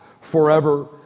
forever